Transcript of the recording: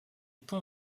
pont